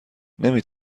نمی